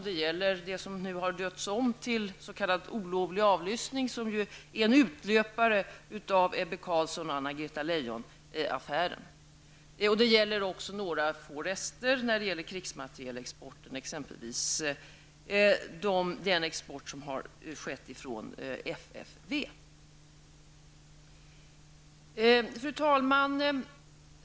Det gäller, numera omdöpt, olovlig avlyssning, som är en utlöpare av Ebbe Carlssonoch Anna-Greta Lejon-affären. Det gäller också några få rester av krigsmaterielexporten, exempelvis den export som har skett ifrån FFV. Fru talman!